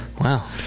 Wow